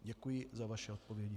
Děkuji za vaše odpovědi.